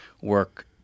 work